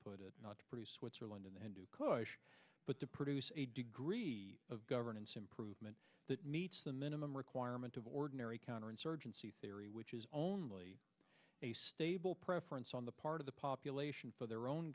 put it not pretty switzerland and to cushion but to produce a degree of governance improvement that meets the minimum requirement of ordinary counterinsurgency theory which is only a stable preference on the part of the population for their own